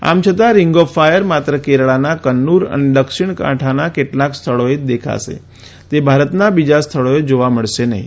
આમ છતાં ring of fire માત્ર કેરાલાના કન્નુર અને દક્ષિણ કાંઠાના કેટલાંક સ્થળોએ દેખાશે અને તે ભારતના બીજા સ્થળોએ જોવા મળશે નહીં